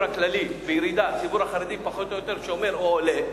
הכללי בירידה והציבור החרדי פחות או יותר שומר או עולה,